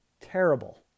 Terrible